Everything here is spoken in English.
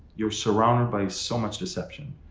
you're surrounded by so much deception.